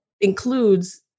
includes